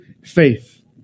faith